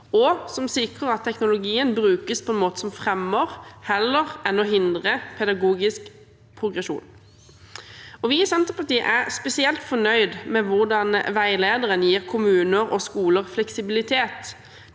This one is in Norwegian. og som sikrer at teknologien brukes på en måte som fremmer, heller enn å hindre, pedagogisk progresjon. Vi i Senterpartiet er spesielt fornøyd med hvordan veilederen gir kommuner og skoler fleksibilitet